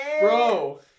Bro